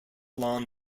along